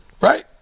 right